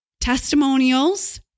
testimonials